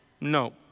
No